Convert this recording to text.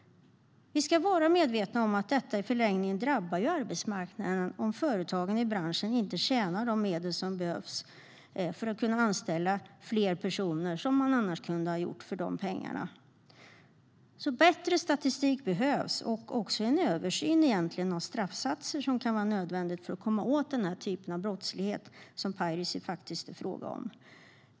Vi ska vara medvetna om att detta i förlängningen drabbar arbetsmarknaden om företagen i branschen inte tjänar in de medel som behövs för att kunna anställa fler personer - som man annars kunde ha gjort för pengarna. Det behövs alltså bättre statistik och även en översyn av vilka straffsatser som kan vara nödvändiga för att komma åt den typ av brottslighet som piracy faktiskt är.